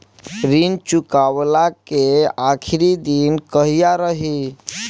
ऋण चुकव्ला के आखिरी दिन कहिया रही?